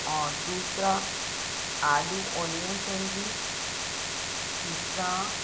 और दूसरा आलू ऑनियन सैंडविच तीसरा